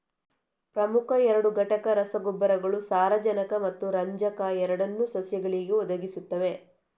ಪ್ರಮುಖ ಎರಡು ಘಟಕ ರಸಗೊಬ್ಬರಗಳು ಸಾರಜನಕ ಮತ್ತು ರಂಜಕ ಎರಡನ್ನೂ ಸಸ್ಯಗಳಿಗೆ ಒದಗಿಸುತ್ತವೆ